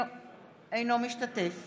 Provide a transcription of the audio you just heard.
אינו משתתף